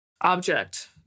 object